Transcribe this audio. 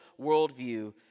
worldview